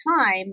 time